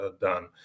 done